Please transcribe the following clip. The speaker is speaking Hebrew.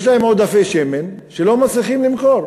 יש להם עודפי שמן שהם לא מצליחים למכור.